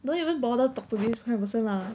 don't even bother talk to this kind of person lah